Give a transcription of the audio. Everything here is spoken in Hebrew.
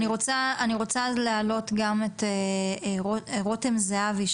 אני רוצה אז להעלות גם את רותם זהבי,